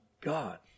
God